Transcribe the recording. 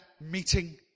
meeting